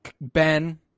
Ben